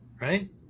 Right